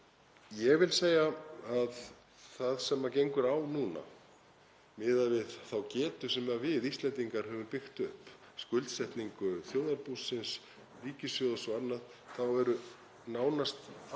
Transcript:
Ég vil segja um það sem gengur á núna að miðað við þá getu sem við Íslendingar höfum byggt upp, skuldsetningu þjóðarbúsins, ríkissjóðs og annað, þá er nánast allt